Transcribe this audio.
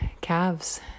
calves